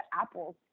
apples